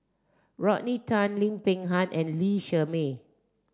Rodney Tan Lim Peng Han and Lee Shermay